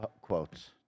quotes